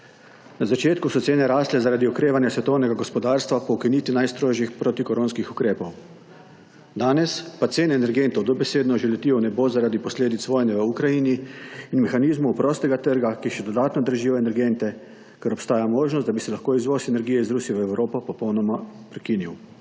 Na začetku so cene rastle zaradi okrevanja svetovnega gospodarstva po ukinitvi najstrožjih protikoronskih ukrepov. Danes pa cene energentov dobesedno že letijo v nebo, zaradi posledic vojne v Ukrajini in mehanizmov prostega trga, ki še dodatno dražijo energente, ker obstaja možnost, da bi se lahko izvoz energije iz Rusije v Evropo popolnoma prekinil.